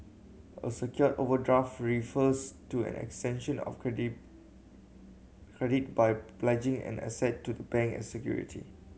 a secured overdraft refers to an extension of credit credit by pledging an asset to the bank as security